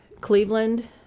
Cleveland